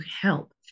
help